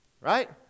Right